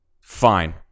Fine